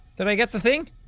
did i get the thing?